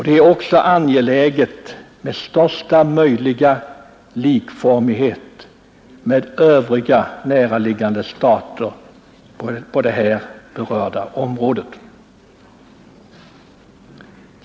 Det är också angeläget med största möjliga likformighet med övriga närliggande stater på här berört område.